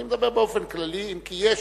אני מדבר באופן כללי, אם כי יש,